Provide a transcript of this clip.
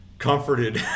comforted